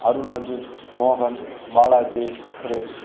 அருண் அஜித் மோகன் பாலாஜி சுரேஷ்